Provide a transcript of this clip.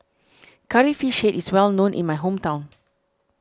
Curry Fish Head is well known in my hometown